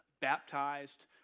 baptized